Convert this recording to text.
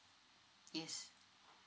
yes